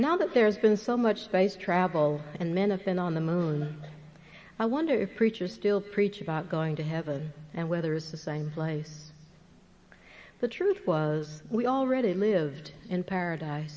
now that there's been so much space travel and men offend on the moon i wonder if preachers still preach about going to heaven and weathers the same place the truth was we already lived in paradise